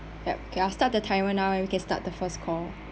ya okay I start the timer now and we can start the first call